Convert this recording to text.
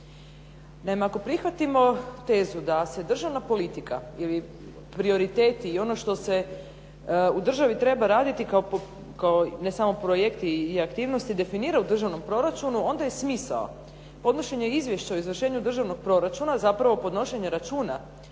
Naime, ako prihvatimo tezu da se državna politika ili prioriteti i ono što se u državi treba raditi kao ne samo projekt i aktivnosti definira u državnom proračunu onda je smisao podnošenja izvješća o izvršenju državnog proračuna zapravo podnošenje računa